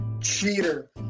Cheater